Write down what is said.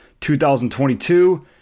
2022